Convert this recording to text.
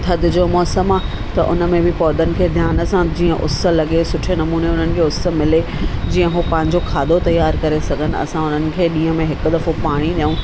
थधि जो मौसमु आहे त उन में बि पौधनि खे ध्यान सां जीअं उस लॻे सुठे नमूने उन्हनि खे उस मिले जीअं उहो पंहिंजो खाधो तयारु करे सघंदा असां उन्हनि खे ॾींहं में हिकु दफ़ो पाणी ॾियूं